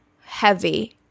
heavy